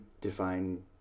define